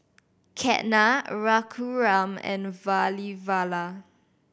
Ketna Raghuram and Vavilala